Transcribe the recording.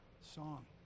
song